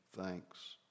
thanks